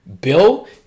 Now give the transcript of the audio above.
Bill